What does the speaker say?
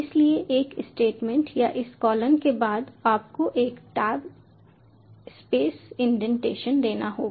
इसलिए एक स्टेटमेंट या इस कॉलन के बाद आपको एक टैब स्पेस इंडेंटेशन देना होगा